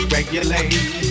Regulate